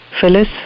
Phyllis